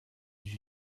ils